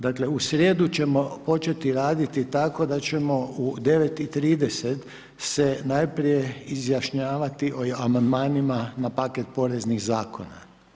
Dakle u srijedu ćemo početi raditi tako da ćemo u 9 i 30 se najprije se izjašnjavati o amandmanima na paket poreznih zakona.